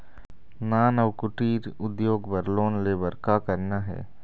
नान अउ कुटीर उद्योग बर लोन ले बर का करना हे?